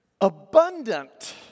Abundant